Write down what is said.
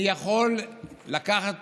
אני יכול לקחת